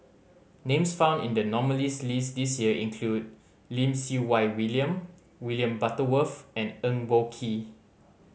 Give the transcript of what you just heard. names found in the nominees' list this year include Lim Siew Wai William William Butterworth and Eng Boh Kee